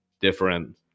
different